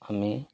আমি